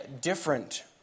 different